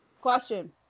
Question